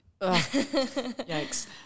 Yikes